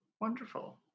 wonderful